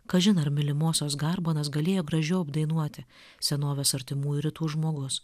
kažin ar mylimosios garbanas galėjo gražiau apdainuoti senovės artimųjų rytų žmogus